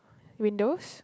windows